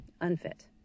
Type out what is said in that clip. Unfit